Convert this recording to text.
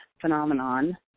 phenomenon